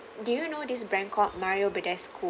do you know this brand called Mario Badescu